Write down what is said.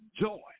joy